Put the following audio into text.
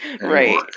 Right